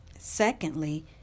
Secondly